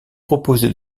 proposé